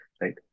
right